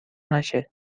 نشه